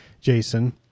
Jason